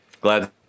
Glad